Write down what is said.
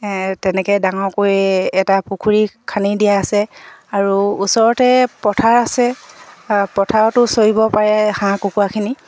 তেনেকে ডাঙৰকৈ এটা পুখুৰী খান্দি দিয়া আছে আৰু ওচৰতে পথাৰ আছে পথাৰতো চৰিব পাৰে হাঁহ কুকুৰাখিনি